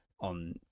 on